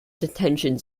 detention